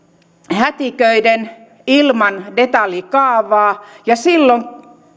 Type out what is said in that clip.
hätiköiden ilman detaljikaavaa ja silloin